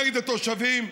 נגד התושבים,